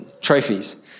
trophies